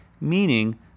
meaning